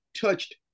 touched